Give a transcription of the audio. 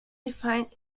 defined